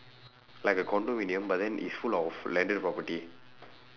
like a condominium but then is full of landed property